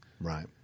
Right